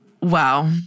Wow